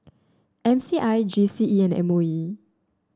M C I G C E and M O E